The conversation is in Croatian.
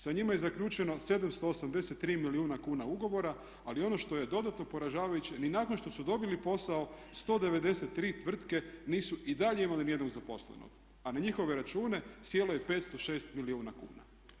Sa njima je zaključeno 783 milijuna kuna ugovora ali ono što je dodatno poražavajuće ni nakon što su dobili posao 193 tvrtke nisu i dalje imale ni jednog zaposlenog, a na njihove račune sjelo je 506 milijuna kuna.